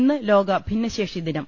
ഇന്ന് ലോക ഭിന്നശേഷി ദിനം